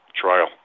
trial